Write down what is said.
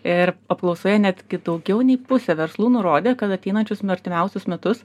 ir apklausoje netgi daugiau nei pusė verslų nurodė kad ateinančius artimiausius metus